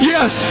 Yes